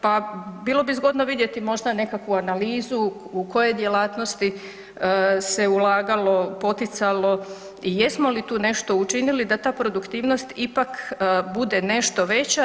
Pa bilo bi zgodno vidjeti možda nekakvu analizu u koje djelatnosti se ulagalo, poticalo i jesmo li tu nešto učinili da ta produktivnost ipak bude nešto veća.